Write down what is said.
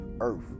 earth